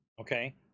Okay